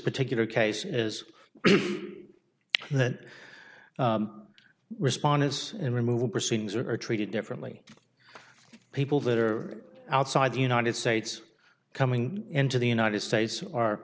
particular case is that respondents in removal proceedings are treated differently people that are outside the united states coming into the united states